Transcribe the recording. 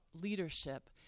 leadership